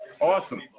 Awesome